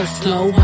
slow